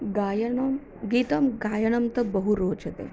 गायनं गीतं गायनं तद्बहु रोचते